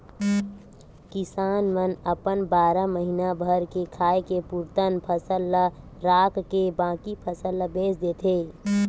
किसान मन अपन बारा महीना भर के खाए के पुरतन फसल ल राखके बाकी फसल ल बेच देथे